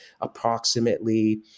approximately